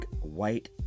white